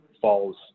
falls